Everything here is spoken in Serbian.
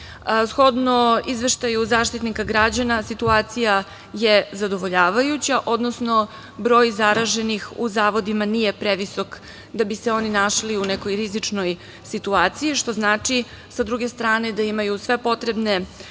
Shodno Izveštaju Zaštitnika građana situacija je zadovoljavajuća, odnosno broj zaraženih u zavodima nije previsok da bi se oni našli u nekoj rizičnoj situaciji, što znači sa druge strane da imaju sve potrebne i